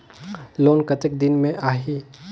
Loan कतेक दिन मे आही?